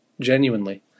genuinely